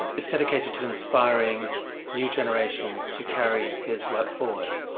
it's dedicated to inspiring new generations to carry his work forward.